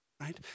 right